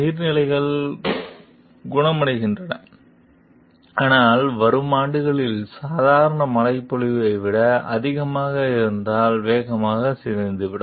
நீர்நிலைகள் குணமடைகின்றன ஆனால் வரும் ஆண்டுகளில் சாதாரண மழைப்பொழிவை விட அதிகமாக இருந்தால் வேகமாக சிதைந்துவிடும்